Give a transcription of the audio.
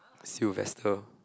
Sylvester